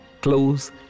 close